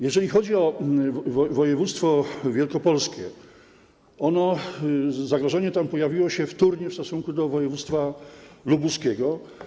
Jeżeli chodzi o województwo wielkopolskie, zagrożenie tam pojawiło się wtórnie w stosunku do województwa lubuskiego.